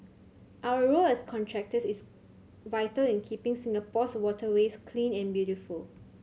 our role as contractors is vital in keeping Singapore's waterways clean and beautiful